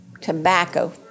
tobacco